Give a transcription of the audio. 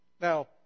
Now